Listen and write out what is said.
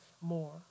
more